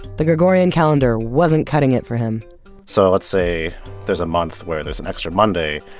the gregorian calendar wasn't cutting it for him so, let's say there's a month where there's an extra monday,